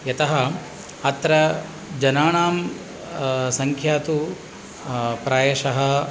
यतः अत्र जनाणां संख्या तु प्रायशः